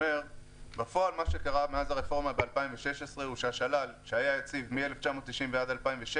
בפועל מה שקרה מאז הרפורמה ב-2016 הוא שהשלל שהיה אצלי מ-1990 עד 2016